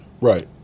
Right